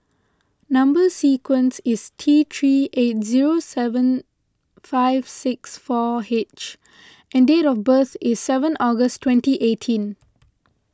Number Sequence is T three eight zero seven five six four H and date of birth is seven August twentyeighteen